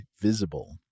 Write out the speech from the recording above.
Visible